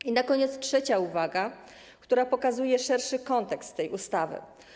I na koniec trzecia uwaga, która pokazuje szerszy kontekst tej ustawy.